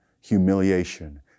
humiliation